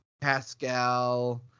Pascal